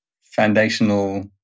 foundational